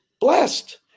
Blessed